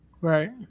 Right